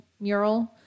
Mural